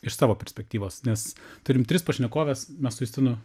iš savo perspektyvos nes turim tris pašnekoves mes su justinu